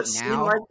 now